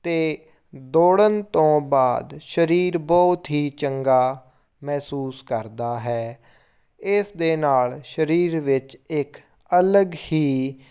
ਅਤੇ ਦੌੜਨ ਤੋਂ ਬਾਅਦ ਸਰੀਰ ਬਹੁਤ ਹੀ ਚੰਗਾ ਮਹਿਸੂਸ ਕਰਦਾ ਹੈ ਇਸ ਦੇ ਨਾਲ ਸਰੀਰ ਵਿੱਚ ਇੱਕ ਅਲੱਗ ਹੀ